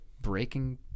breaking